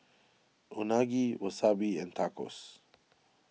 Unagi Wasabi and Tacos